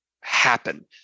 happen